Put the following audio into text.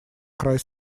край